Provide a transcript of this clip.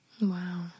Wow